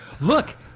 Look